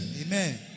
Amen